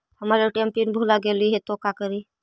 हमर ATM PIN भूला गेली हे, तो का करि?